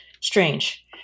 strange